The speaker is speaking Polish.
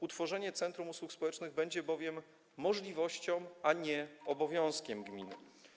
Utworzenie centrum usług społecznych będzie bowiem możliwością, a nie obowiązkiem gminy.